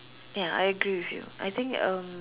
ya I agree with you I think um